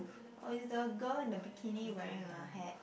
oh is the girl in the bikini wearing a hat